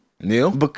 Neil